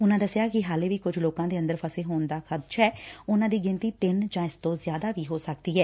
ਉਨਾਂ ਦਸਿਆ ਕਿ ਹਾਲੇ ਵੀ ਕੁਝ ਲੋਕਾ ਦੇ ਅੰਦਰ ਫਸੇ ਹੋਣ ਦਾ ਖ਼ਦਸ਼ਾ ਐ ਉਨਾਂ ਦੀ ਗਿਣਤੀ ਤਿੰਨ ਜਾ ਇਸ ਤੋ ਜ਼ਿਆਦਾ ਵੀ ਹੋ ਸਕਦੀ ਐ